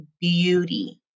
beauty